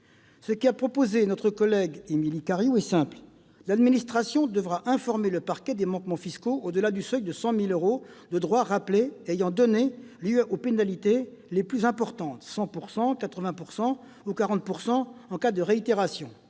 dispositif proposé par notre collègue députée Émilie Cariou est simple : l'administration devra informer le parquet des manquements fiscaux au-delà de 100 000 euros de droits rappelés et ayant donné lieu aux pénalités les plus importantes- 100 % et 80 % ou 40 % en cas de réitération.